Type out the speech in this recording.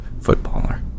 footballer